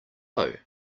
are